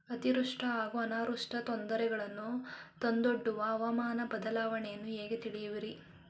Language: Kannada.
ಅತಿವೃಷ್ಟಿ ಹಾಗೂ ಅನಾವೃಷ್ಟಿ ತೊಂದರೆಗಳನ್ನು ತಂದೊಡ್ಡುವ ಹವಾಮಾನ ಬದಲಾವಣೆಯನ್ನು ಹೇಗೆ ತಿಳಿಯುವಿರಿ?